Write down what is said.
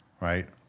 right